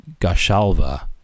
Gashalva